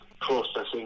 processing